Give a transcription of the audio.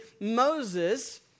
Moses